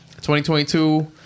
2022